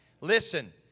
Listen